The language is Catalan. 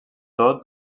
tot